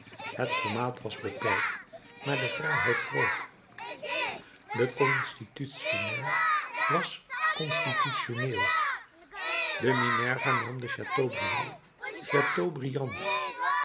het formaat was beperkt maar de vrijheid groot de constitutionnel was constitutionneel de minerva noemde chateaubriand chateaubriant